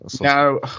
No